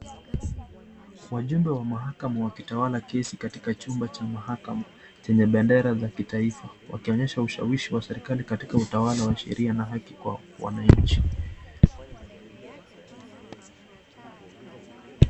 Wajumbe wa mahakama wakitawala kesi katika chumba cha mahakama chenye bendera za kitaifa wakionyesha ushawishi wa serekali katika utawala wa sheria na haki kwa wananchi.